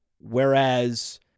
Whereas